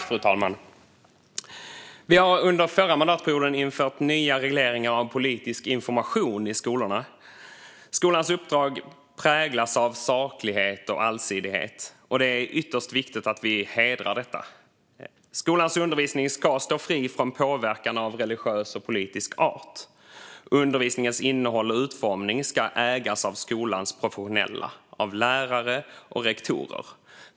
Fru talman! Vi har under förra mandatperioden infört nya regleringar av politisk information i skolorna. Skolans uppdrag präglas av saklighet och allsidighet, och det är ytterst viktigt att vi hedrar detta. Skolans undervisning ska stå fri från påverkan av religiös och politisk art. Undervisningens innehåll och utformning ska ägas av skolans professionella, av lärare och rektorer.